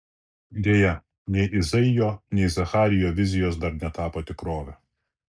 deja nei izaijo nei zacharijo vizijos dar netapo tikrove